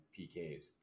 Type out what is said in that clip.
PKs